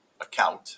account